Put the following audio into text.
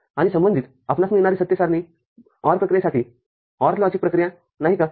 आणि संबंधित आपणास मिळणारी सत्य सारणी OR प्रक्रियेसाठी आहे OR लॉजिक प्रक्रिया नाही का